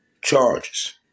charges